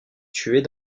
tuées